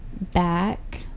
back